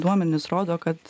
duomenys rodo kad